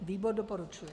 Výbor doporučuje.